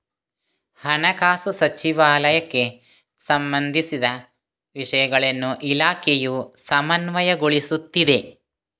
ಹಣಕಾಸು ಸಚಿವಾಲಯಕ್ಕೆ ಸಂಬಂಧಿಸಿದ ವಿಷಯಗಳನ್ನು ಇಲಾಖೆಯು ಸಮನ್ವಯಗೊಳಿಸುತ್ತಿದೆ